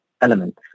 elements